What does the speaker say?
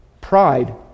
Pride